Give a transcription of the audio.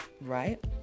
Right